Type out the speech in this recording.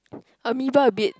amoeba a bit